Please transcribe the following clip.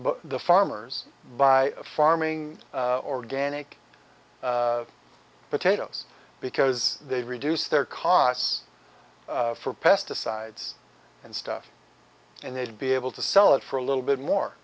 but the farmers by farming organic potatoes because they reduce their costs for pesticides and stuff and they'd be able to sell it for a little bit more